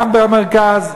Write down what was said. גם במרכז,